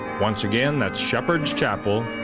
once again that's shepherd's chapel,